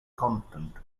constant